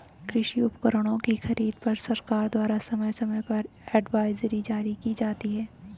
कृषि उपकरणों की खरीद पर सरकार द्वारा समय समय पर एडवाइजरी जारी की जाती है